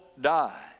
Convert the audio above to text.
die